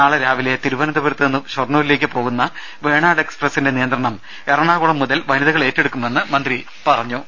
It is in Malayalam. നാളെ രാവിലെ തിരുവന ന്തപുരത്തുനിന്ന് ഷൊർണ്ണൂരിലേക്ക് പോകുന്ന വേണാട് എക്സ്പ്രസ്സിന്റെ നിയന്ത്രണം എറണാകുളം മുതൽ വനിതകൾ ഏറ്റെടുക്കുമെന്ന് മന്ത്രി പറ ഞ്ഞു